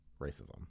racism